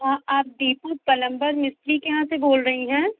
हाँ आप दीपक पलम्बर मिस्त्री के यहाँ से बोल रही हैं